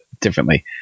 differently